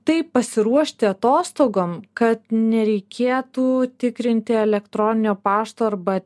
taip pasiruošti atostogom kad nereikėtų tikrinti elektroninio pašto arba